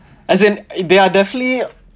as in there are definitely